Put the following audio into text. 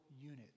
unit